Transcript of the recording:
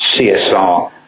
CSR